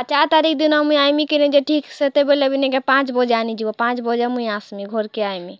ଆଉ ଚାଏର୍ ତାରିଖ୍ ଦିନ୍ ମୁଇଁ ଆଏମି କିନି ଯେ ଠିକ୍ ସେତେବେଲେ ବି ନାଇଁ କେଁ ପାଞ୍ଚ୍ ବଜେ ଆନି ଯିବ ପାଞ୍ଚ୍ ବଜେ ମୁଇଁ ଆସ୍ମି ଘର୍କେ ଆଏମି